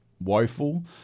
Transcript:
woeful